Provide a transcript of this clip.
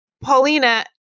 Paulina